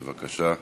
בבקשה.